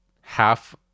half